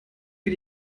für